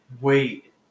Wait